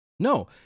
No